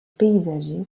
paysager